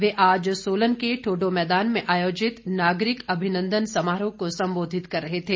वे आज सोलन के ठोडो मैदान में आयोजित नागरिक अभिनंदन समारोह को संबोधित कर रहे थे